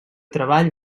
treball